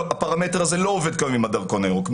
דיברנו על כך שהפרמטר הזה לא עובד כאן עם הדרכון הירוק.